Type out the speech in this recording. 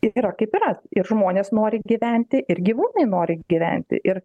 yra kaip yra ir žmonės nori gyventi ir gyvūnai nori gyventi ir